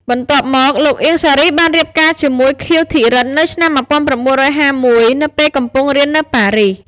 បន្ទាប់មក លោក អៀង សារី បានរៀបការជាមួយ ខៀវ ធីរិទ្ធិ នៅឆ្នាំ១៩៥១ នៅពេលកំពុងរៀននៅប៉ារីស។